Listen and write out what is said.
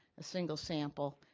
a single sample,